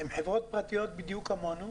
אלה חברות פרטיות בדיוק כמונו